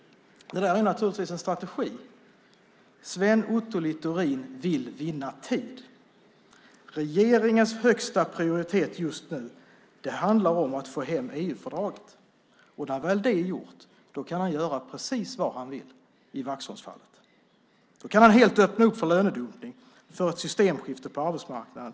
Det där är naturligtvis en strategi. Sven Otto Littorin vill vinna tid. Regeringens högsta prioritet just nu handlar om att få hem EU-fördraget. När väl det är gjort kan han göra precis vad han vill i Vaxholmsfallet. Då kan han helt öppna för lönedumpning, det vill säga för ett systemskifte på arbetsmarknaden.